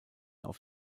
auf